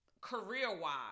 career-wise